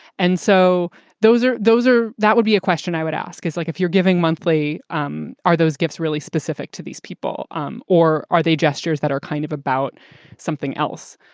and so those are those are that would be a question i would ask is like if you're giving monthly, um are those gifts really specific to these people um or are they gestures that are kind of about something else?